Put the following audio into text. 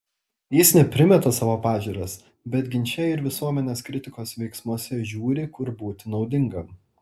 jis ne primeta savo pažiūras bet ginče ir visuomenės kritikos veiksmuose žiūri kur būti naudingam